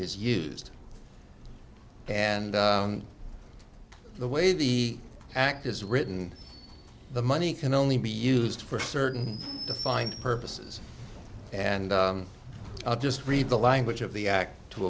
is used and the way the act is written the money can only be used for certain defined purposes and i'll just read the language of the act to